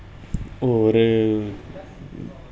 और